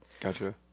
gotcha